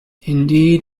indeed